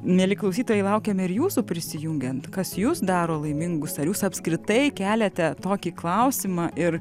mieli klausytojai laukiame ir jūsų prisijungiant kas jus daro laimingus ar jūs apskritai keliate tokį klausimą ir